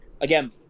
again